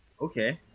Okay